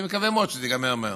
אני מקווה מאוד שזה ייגמר מהר.